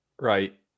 Right